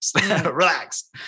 relax